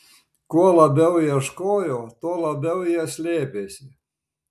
kuo labiau ieškojo tuo labiau jie slėpėsi